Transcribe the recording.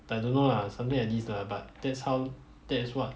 but I don't know lah something like this lah but that's how that's what